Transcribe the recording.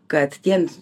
kad tiems